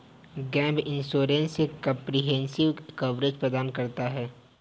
gap insurance comprehensive coverage प्रदान करता है